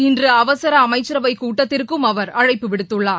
இன்று அவசர அமைச்சரவைக் கூட்டத்திற்கும் அவர் அழைப்பு விடுத்துள்ளார்